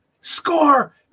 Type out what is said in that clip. score